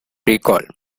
recall